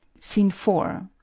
scene four.